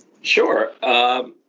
Sure